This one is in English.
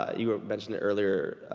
ah you mentioned earlier,